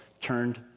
turned